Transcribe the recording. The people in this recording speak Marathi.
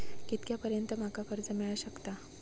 कितक्या पर्यंत माका कर्ज मिला शकता?